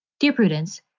dear prudence.